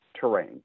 terrain